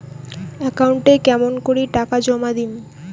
একাউন্টে কেমন করি টাকা জমা দিম?